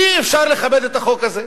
אי-אפשר לכבד את החוק הזה.